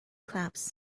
clubs